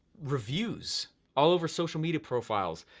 reviews all over social media profiles,